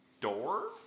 door